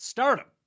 Stardom